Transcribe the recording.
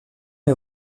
est